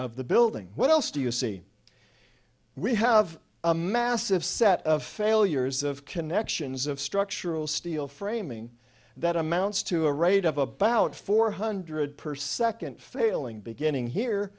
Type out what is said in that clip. of the building what else do you see we have a massive set of failures of connections of structural steel framing that amounts to a rate of about four hundred per second failing beginning here